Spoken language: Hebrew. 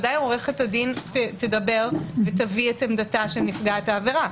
עורכת הדין תדבר ותביא עמדתה של נפגעת העבירה.